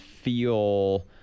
feel